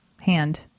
hand